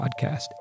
podcast